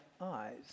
eyes